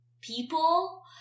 people